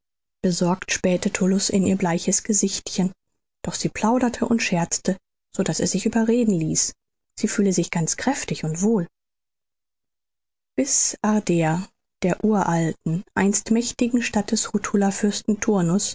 besorgt spähte tullus in ihr bleiches gesichtchen doch sie plauderte und scherzte so daß er sich überreden ließ sie fühle sich ganz kräftig und wohl bis ardea der uralten einst mächtigen stadt des